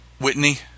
Whitney